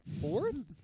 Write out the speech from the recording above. fourth